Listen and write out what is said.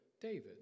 David